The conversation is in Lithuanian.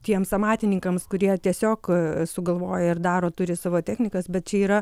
tiems amatininkams kurie tiesiog sugalvoja ir daro turi savo technikas bet čia yra